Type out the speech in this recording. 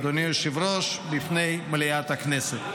אדוני היושב-ראש, בפני מליאת הכנסת.